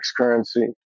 currency